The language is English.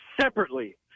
separately